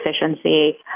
efficiency